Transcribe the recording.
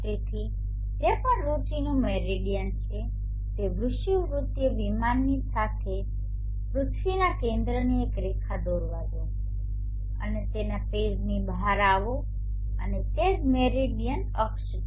તેથી જે પણ રુચિનું મેરિડીયન છે તે વિષુવવૃત્તીય વિમાનની સાથે પૃથ્વીના કેન્દ્રથી એક રેખા દોરવા દો અને તેના પેઈજની બહાર આવો અને તે જ મેરિડીયનલ અક્ષ છે